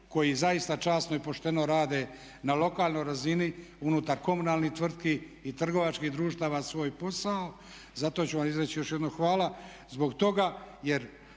koji zaista časno i pošteno rade na lokalnoj razini unutar komunalnih tvrtki i trgovačkih društava svoj posao zato ću vam izreći još jednom hvala